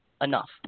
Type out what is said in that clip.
enough